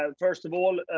ah first of all.